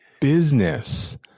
business